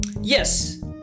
Yes